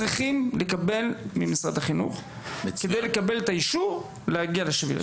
צריכים לקבל ממשרד החינוך על מנת לקבל את האישור להגיע לשביל הזה.